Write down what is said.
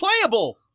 playable